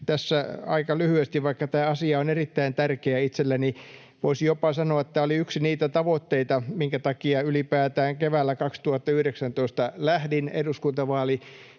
tässä aika lyhyesti, vaikka tämä asia on erittäin tärkeä itselleni. Voisi jopa sanoa, että tämä oli yksi niitä tavoitteita, minkä takia ylipäätään keväällä 2019 lähdin eduskuntavaaliehdokkaaksi,